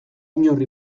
inor